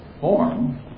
form